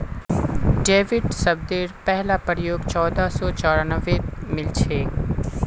debit शब्देर पहला प्रयोग चोदह सौ चौरानवेत मिलछेक